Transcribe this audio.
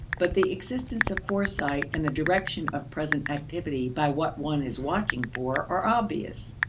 but the existence of foresight and the direction of present activity by what one is watching for are obvious.